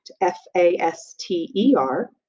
F-A-S-T-E-R